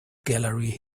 gallery